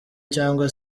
cyangwa